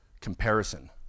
comparison